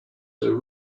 their